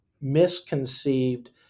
misconceived